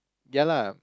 ya lah